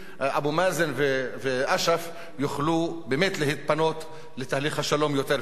אבו מאזן ואש"ף יוכלו באמת להתפנות לתהליך השלום יותר ויותר.